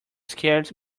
scared